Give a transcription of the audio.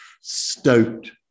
stoked